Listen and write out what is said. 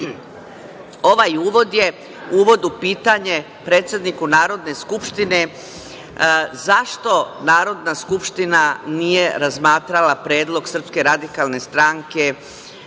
uvod je uvod u pitanje predsedniku Narodne skupštine, zašto Narodna skupština nije razmatrala predlog SRS, Predlog zakona